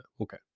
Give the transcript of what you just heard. Okay